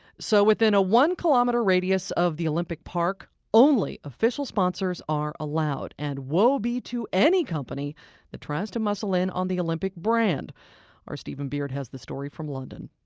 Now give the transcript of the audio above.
so within a one kilometer radius of the olympic park only official sponsors allowed. and woe be to any company that tries to muscle in on the olympic brand our stephen beard has the story from london